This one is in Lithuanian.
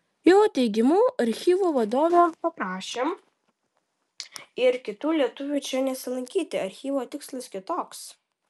jo teigimu archyvo vadovė paprašė ir kitų lietuvių čia nesilankyti archyvo tikslas kitoks